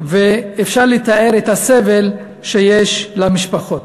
ואפשר לתאר את הסבל של המשפחות.